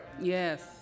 Yes